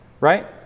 right